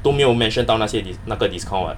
都没有 mention 到那些那个 discount eh